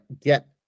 get